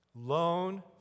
Loan